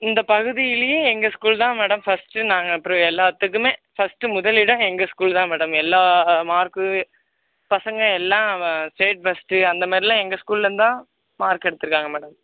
இந்த பகுதியிலியே எங்கள் ஸ்கூல் தான் மேடம் ஃபர்ஸ்ட் நாங்கள் எல்லாத்துக்குமே ஃபர்ஸ்ட்டு முதலிடம் எங்கள் ஸ்கூல் தான் மேடம் எல்லா மார்க்கு பசங்க எல்லாம் ஸ்டேட் ஃபர்ஸ்ட்டு அந்தமாதிரில்லாம் எங்கள் ஸ்கூல்லந்தான் மார்க் எடுத்தியிருக்காங்க மேடம்